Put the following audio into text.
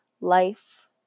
life